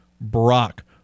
Brock